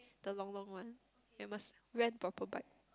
the long long one ye must rent proper bike